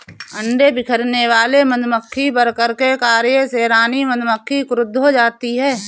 अंडे बिखेरने वाले मधुमक्खी वर्कर के कार्य से रानी मधुमक्खी क्रुद्ध हो जाती है